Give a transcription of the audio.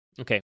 Okay